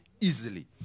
easily